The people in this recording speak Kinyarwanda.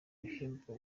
bihembo